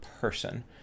person